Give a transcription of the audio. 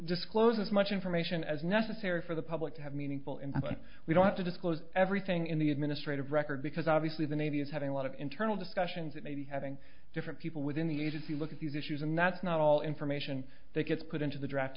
disclose as much information as necessary for the public to have meaningful and we don't have to disclose everything in the administrative record because obviously the navy is having a lot of internal discussions that maybe having different people within the agency look at these issues and that's not all information that gets put into the draft